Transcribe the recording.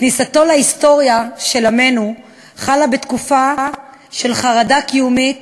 כניסתו להיסטוריה של עמנו חלה בתקופה של חרדה קיומית